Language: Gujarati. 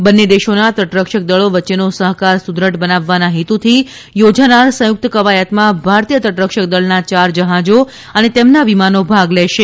બન્ને દેશોના તટરક્ષકદળો વચ્ચેનો સહકાર સુદ્દઢ બનાવવાના હેતુથી થોજાનાર સંયુક્ત કવાયતમાં ભારતીય તટરક્ષક દળના ચાર જહાજો અને તેમના વિમાનો ભાગ લેશે